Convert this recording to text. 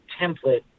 template